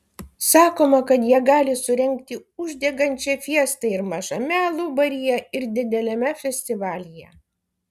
sakoma kad jie gali surengti uždegančią fiestą ir mažame alubaryje ir dideliame festivalyje